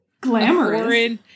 glamorous